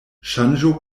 ŝanĝo